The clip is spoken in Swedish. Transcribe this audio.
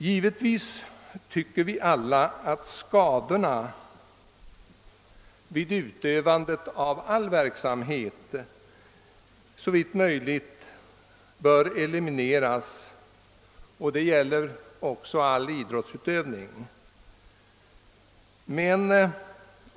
Givetvis tycker vi alla att skador vid utövande av all verksamhet såvitt möjligt bör elimi neras, och det gäller också all idrottsutövning.